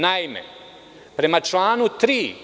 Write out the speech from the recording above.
Naime, prema članu 3…